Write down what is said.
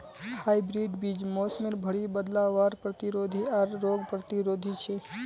hybrid बीज मोसमेर भरी बदलावर प्रतिरोधी आर रोग प्रतिरोधी छे